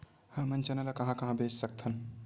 हमन चना ल कहां कहा बेच सकथन?